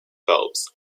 phelps